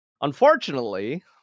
unfortunately